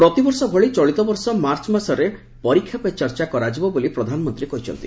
ପ୍ରତିବର୍ଷ ଭଳି ଚଳିତବର୍ଷ ମାର୍ଚ୍ଚ ମାସରେ ପରୀକ୍ଷା ପେ ଚର୍ଚ୍ଚା କରାଯିବ ବୋଲି ପ୍ରଧାନମନ୍ତ୍ରୀ କହିଛନ୍ତି